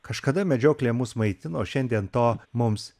kažkada medžioklė mus maitino šiandien to mums